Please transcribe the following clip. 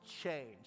change